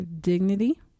dignity